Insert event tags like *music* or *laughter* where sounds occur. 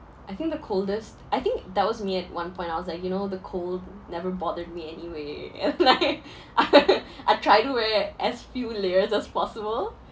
I think the coldest I think that was me at one point I was like you know the cold never bothered me anyway and like *laughs* I try to wear as few layers as possible